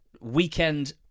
weekend